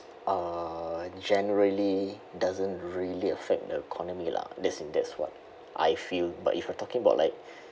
uh generally doesn't really affect the economy lah that's that's what I feel but if we're talking about like